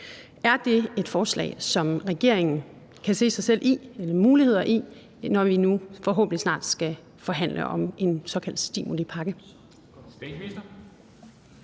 Er det et forslag, som regeringen kan se sig selv i og se muligheder i, når vi nu forhåbentlig snart skal forhandle om en såkaldt stimulipakke?